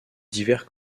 divers